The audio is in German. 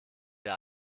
der